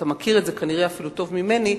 אתה מכיר את זה כנראה אפילו טוב ממני,